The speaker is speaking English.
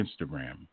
Instagram